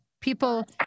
people